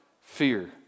fear